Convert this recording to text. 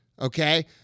okay